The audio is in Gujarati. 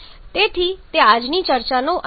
તેથી તે આજની ચર્ચાનો અંત છે